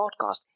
podcast